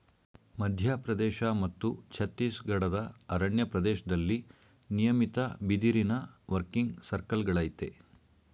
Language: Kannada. ಮಧ್ಯಪ್ರದೇಶ ಮತ್ತು ಛತ್ತೀಸ್ಗಢದ ಅರಣ್ಯ ಪ್ರದೇಶ್ದಲ್ಲಿ ನಿಯಮಿತ ಬಿದಿರಿನ ವರ್ಕಿಂಗ್ ಸರ್ಕಲ್ಗಳಯ್ತೆ